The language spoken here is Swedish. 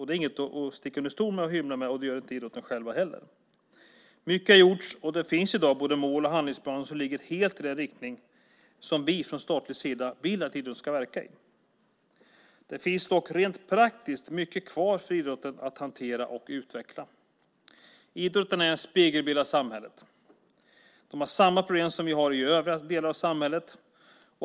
Det är inget att sticka under stol med, och det gör man inte inom idrotten heller. Mycket har gjorts, och det finns i dag både mål och handlingsplaner som ligger helt i den riktning som vi från statlig sida vill att idrotten ska verka i. Det finns dock rent praktiskt mycket kvar för idrotten att hantera och utveckla. Idrotten är en spegelbild av samhället. Man har samma problem som i övriga delar av samhället.